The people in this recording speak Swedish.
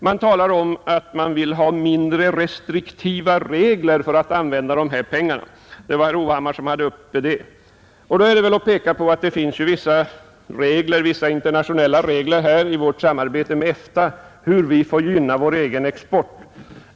Man talar om att man vill ha mindre restriktiva regler för användandet av de här pengarna. Det var herr Hovhammar som tog upp det. Då är det väl att peka på att det finns vissa internationella regler i samarbetet med EFTA om hur ett land får gynna sin egen export.